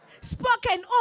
spoken